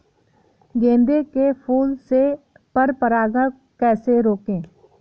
गेंदे के फूल से पर परागण कैसे रोकें?